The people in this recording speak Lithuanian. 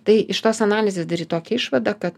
tai iš tos analizės daryt tokią išvadą kad